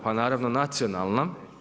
Pa naravno nacionalna.